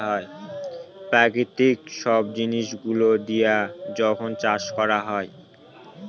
প্রাকৃতিক সব জিনিস গুলো দিয়া যখন চাষ করা হয়